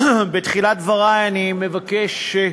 הערבים שעוקבים.